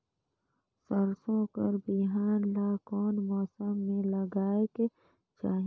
सरसो कर बिहान ला कोन मौसम मे लगायेक चाही?